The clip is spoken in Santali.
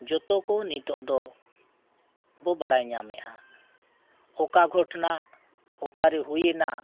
ᱡᱚᱛᱚ ᱠᱚ ᱱᱤᱛᱚᱜ ᱫᱚ ᱵᱚ ᱵᱟᱲᱟᱭ ᱧᱟᱢᱮᱜᱼᱟ ᱚᱠᱟ ᱜᱷᱚᱴᱚᱱᱟ ᱚᱠᱟᱨᱮ ᱦᱩᱭᱮᱱᱟ